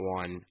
one